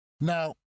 Now